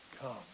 Come